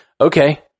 okay